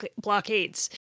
blockades